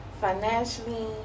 financially